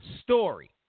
story